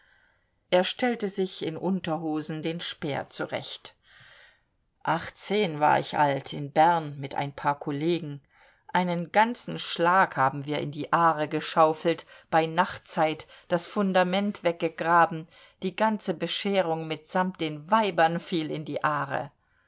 er stellte sich in unterhosen den speer zurecht achtzehn war ich alt in bern mit ein paar kollegen einen ganzen schlag haben wir in die aare geschaufelt bei nachtzeit das fundament weggegraben die ganze bescherung mitsamt den weibern fiel in die aare